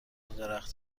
درخت